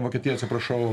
vokietija atsiprašau